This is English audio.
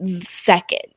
second